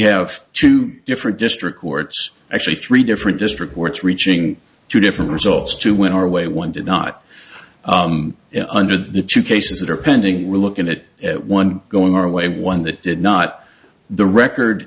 have two different district courts actually three different district courts reaching two different results to went our way one did not under the two cases that are pending we're looking at it one going our way one that did not the record